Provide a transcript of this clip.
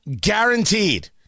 Guaranteed